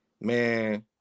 man